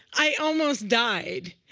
i almost died.